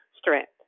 strength